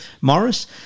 Morris